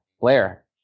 Blair